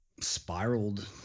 spiraled